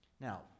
Now